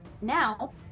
now